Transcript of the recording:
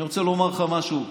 אני רוצה לומר לך משהו,